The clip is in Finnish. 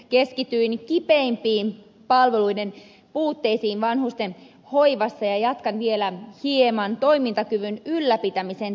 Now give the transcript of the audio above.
aiemmassa puheenvuorossani keskityin kipeimpiin palveluiden puutteisiin vanhustenhoivassa ja jatkan vielä hieman toimintakyvyn ylläpitämisen tärkeydestä